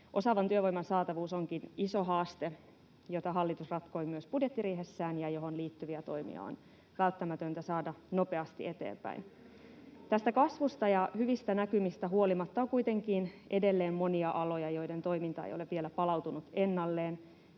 Osaavan työvoiman saatavuus onkin iso haaste, jota hallitus ratkoi myös budjettiriihessään ja johon liittyviä toimia on välttämätöntä saada nopeasti eteenpäin. Tästä kasvusta ja hyvistä näkymistä huolimatta on kuitenkin edelleen monia aloja, joiden toiminta ei ole vielä palautunut ennalleen